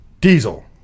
Diesel